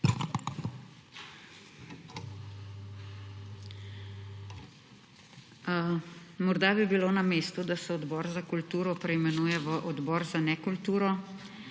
Morda bi bilo na mestu, da se Odbor za kulturo preimenuje v odbor za nekulturo,